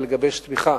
ולגבש תמיכה